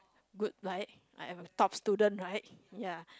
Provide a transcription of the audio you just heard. good right I'm top student right ya